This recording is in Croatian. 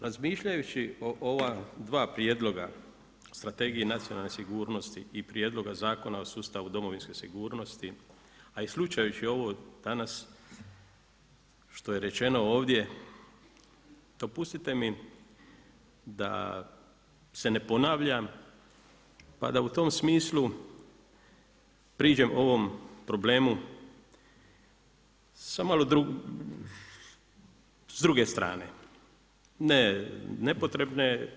Razmišljajući o ova dva prijedloga Strategiji nacionalne sigurnosti i Prijedloga zakona o sustavu domovinske sigurnosti, a i slušajući ovo danas što je rečeno ovdje dopustite mi da se ne ponavljam, pa da u tom smislu priđem ovom problemu s druge strane ne nepotrebne.